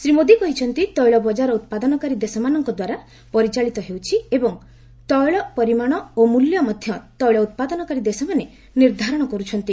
ଶ୍ରୀ ମୋଦି କହିଛନ୍ତି ତୈଳ ବଙ୍ଗାର ଉତ୍ପାଦନକାରୀ ଦେଶମାନଙ୍କଦ୍ୱାରା ପରିଚାଳିତ ହେଉଛି ଓ ତୈଳ ପରିମାଣ ଓ ମୂଲ୍ୟ ମଧ୍ୟ ତୈଳ ଉତ୍ପାଦନକାରୀ ଦେଶମାନେ ନିର୍ଦ୍ଧାରଣ କରୁଛନ୍ତି